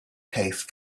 case